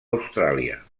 austràlia